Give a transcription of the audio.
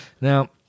Now